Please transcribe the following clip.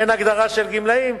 אין הגדרה של גמלאים,